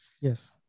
Yes